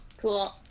Cool